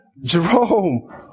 Jerome